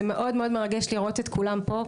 זה מאוד מרגש לראות את כולם פה,